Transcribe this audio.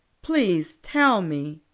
please tell me.